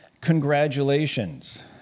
Congratulations